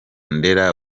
ndera